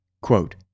Quote